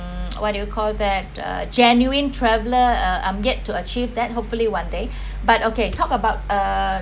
mm what do you call that uh genuine traveler I'm yet to achieve that hopefully one day but okay talk about uh